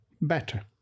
better